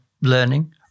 learning